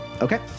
Okay